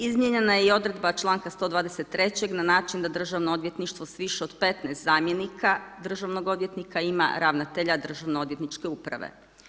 Izmijenjena je i odredba članka 123. na način da Državno odvjetništvo s više od 15 zamjenika državnog odvjetnika ima ravnatelja državnoodvjetničke uprave.